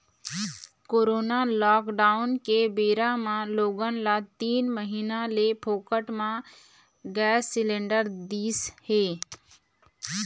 corona lockdown के बेरा म लोगन ल तीन महीना ले फोकट म गैंस सिलेंडर दिस हे